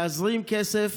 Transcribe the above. להזרים כסף.